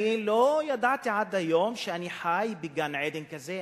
אני לא ידעתי עד היום שאני חי בגן-עדן כזה,